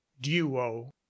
duo